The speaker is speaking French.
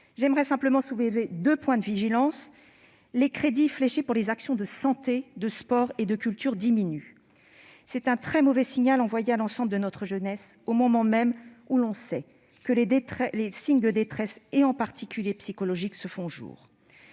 J'aimerais simplement soulever deux points de vigilance. Premièrement, les crédits fléchés vers les actions de santé, de sport et de culture diminuent. C'est un très mauvais signal envoyé à l'ensemble de notre jeunesse, au moment même où, on le sait, des signes de détresse, en particulier psychologiques, se font jour.